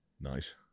Nice